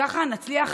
ככה נצליח